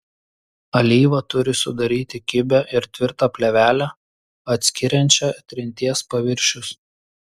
alyva turi sudaryti kibią ir tvirtą plėvelę atskiriančią trinties paviršius